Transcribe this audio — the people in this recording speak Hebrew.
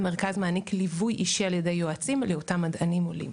המרכז מעניק ליווי אישי על ידי יועצים לאותם מדענים עולים.